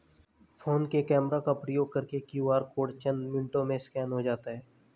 phone के camera का प्रयोग करके क्यू.आर कोड चंद मिनटों में स्कैन हो जाता है